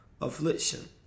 affliction